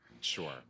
Sure